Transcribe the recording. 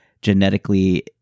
genetically